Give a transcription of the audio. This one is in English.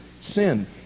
sin